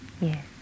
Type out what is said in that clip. Yes